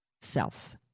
self